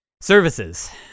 services